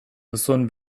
duzun